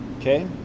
Okay